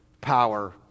power